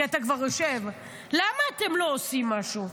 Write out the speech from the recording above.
כי אתה כבר יושב: למה אתם לא עושים משהו?